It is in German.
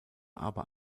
aber